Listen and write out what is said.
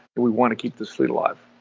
and we want to keep this fleet alive.